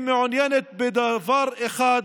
היא מעוניינת בדבר אחד,